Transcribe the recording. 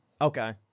Okay